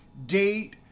date,